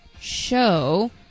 show